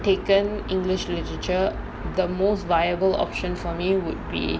taken english literature the most viable option for me would be